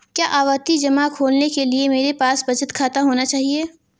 क्या आवर्ती जमा खोलने के लिए मेरे पास बचत खाता होना चाहिए?